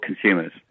consumers